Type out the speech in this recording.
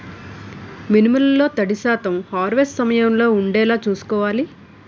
మినుములు లో ఎంత తడి శాతం హార్వెస్ట్ సమయంలో వుండేలా చుస్కోవాలి?